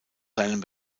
seinen